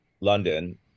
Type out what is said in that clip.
London